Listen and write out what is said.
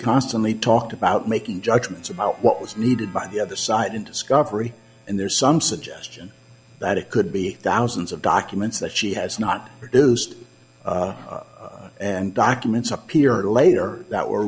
constantly talked about making judgments about what was needed by the other side in discovery and there's some suggestion that it could be thousands of documents that she has not produced and documents appear later that were